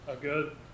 good